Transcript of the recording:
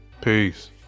Peace